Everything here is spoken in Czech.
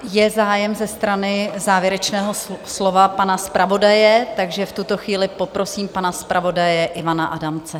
Je zájem ze strany závěrečného slova pana zpravodaje, takže v tuto chvíli poprosím pana zpravodaje Ivana Adamce.